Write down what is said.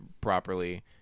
properly